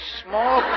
small